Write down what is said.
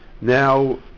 Now